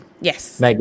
Yes